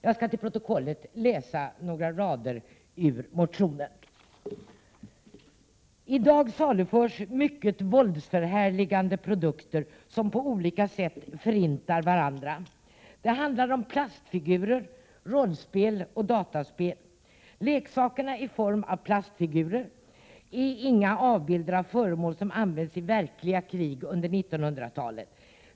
Jag skall till protokollet läsa några rader ur motionen: ”I dag saluförs mycket våldsförhärligande produkter, som på olika sätt förintar varandra. Det handlar om plastfigurer, rollspel och dataspel. Leksakerna i form av plastfigurer är dock inga avbilder av föremål som använts i verkliga krig under 1900-talet.